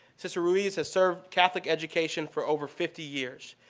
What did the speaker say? sister ruiz has served catholic education for over fifty years.